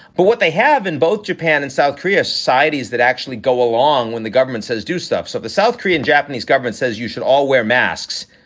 but what they have. and both japan and south korea, societies that actually go along when the government says do stuff. so the south korean japanese government says you should all wear masks.